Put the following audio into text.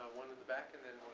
one in the back and then